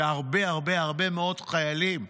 זה הרבה הרבה מאוד חיילים,